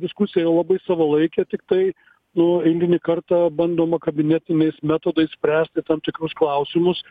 diskusija yra labai savalaikė tiktai nu eilinį kartą bandoma kabinetiniais metodais spręsti tam tikrus klausimus